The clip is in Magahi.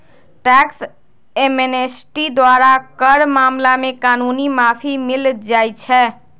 टैक्स एमनेस्टी द्वारा कर मामला में कानूनी माफी मिल जाइ छै